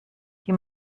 die